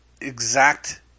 exact